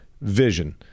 vision